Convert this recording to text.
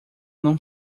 não